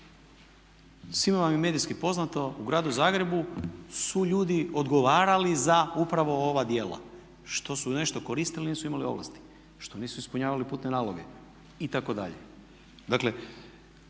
svima vam je medijski poznato, u gradu Zagrebu su ljudi odgovarali za upravo ova djela, što su nešto koristili a nisu imali ovlasti, što nisu ispunjavali putne naloge itd.. Dakle,